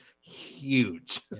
huge